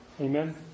Amen